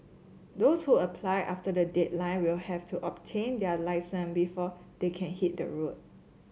those who apply after the deadline will have to obtain their lesson before they can hit the road